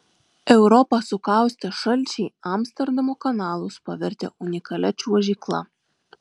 europą sukaustę šalčiai amsterdamo kanalus pavertė unikalia čiuožykla